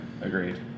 Agreed